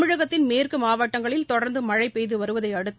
தமிழகத்தின் மேற்கு மாவட்டங்களில் தொடர்ந்து மழை பெய்து வருவதையடுத்து